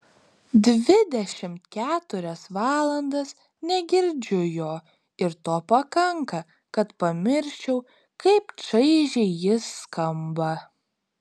dvidešimt keturias valandas negirdžiu jo ir to pakanka kad pamirščiau kaip čaižiai jis skamba